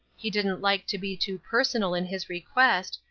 he didn't like to be too personal in his request,